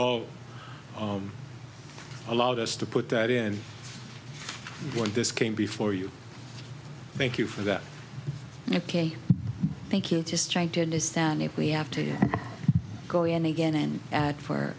you allowed us to put that in when this came before you thank you for that ok thank you just trying to understand if we have to go in again and add for